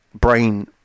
brain